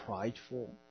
prideful